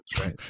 right